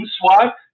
Swat